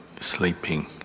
sleeping